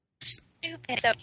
Stupid